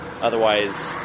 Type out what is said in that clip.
Otherwise